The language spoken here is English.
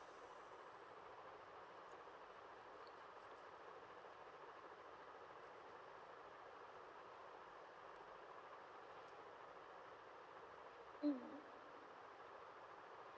mm